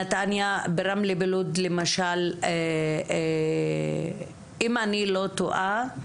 ברמלה ובלוד למשל אם אני לא טועה,